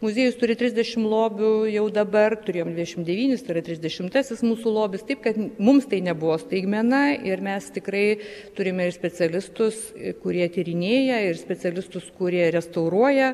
muziejus turi trisdešim lobių jau dabar turėjom dvidešim devynis tai yra trisdešimtasis mūsų lobis taip kad mums tai nebuvo staigmena ir mes tikrai turime ir specialistus kurie tyrinėja ir specialistus kurie restauruoja